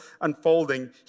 unfolding